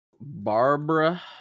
Barbara